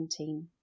2017